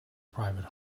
private